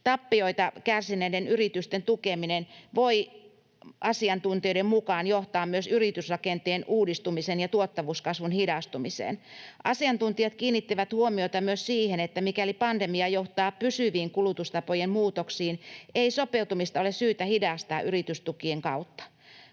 Tappioita kärsineiden yritysten tukeminen voi asiantuntijoiden mukaan johtaa myös yritysrakenteen uudistumisen ja tuottavuuskasvun hidastumiseen. Asiantuntijat kiinnittivät huomiota myös siihen, että mikäli pandemia johtaa pysyviin kulutustapojen muutoksiin, ei sopeutumista ole syytä hidastaa yritystukien kautta.